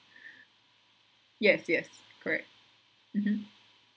yes yes correct mmhmm